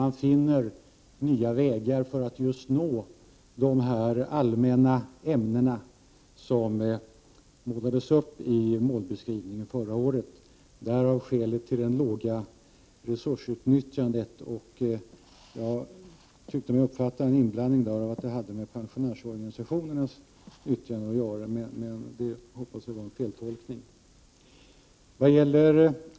Man finner nya vägar för att nå just de allmänna ämnen som målades upp i målbeskrivningen förra året. Det är skälet till det låga resursutnyttjandet. Jag tyckte mig uppfatta att det hade med pensionärsorganisationernas yttranden att göra, men jag hoppas att det var en feltolkning.